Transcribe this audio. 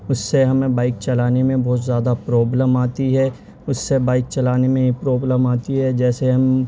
اس سے ہمیں بائک چلانے میں بہت زیادہ پرابلم آتی ہے اس سے بائک چلانے میں بھی پرابلم آتی ہے جیسے ہم